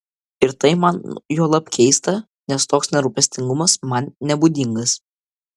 ir tai man juolab keista nes toks nerūpestingumas man nebūdingas